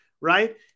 right